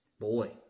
Boy